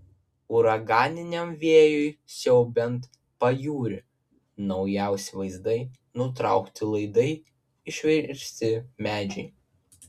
uraganiniam vėjui siaubiant pajūrį naujausi vaizdai nutraukti laidai išversti medžiai